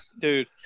Dude